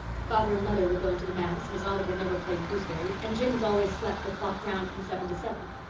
father and mother were going to the manse, miss oliver never played gooseberry, and jims always slept the clock round from seven to seven.